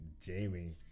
Jamie